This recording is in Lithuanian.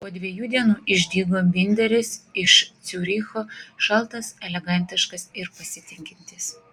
po dviejų dienų išdygo binderis iš ciuricho šaltas elegantiškas ir pasitikintis